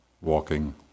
walking